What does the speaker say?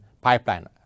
pipeline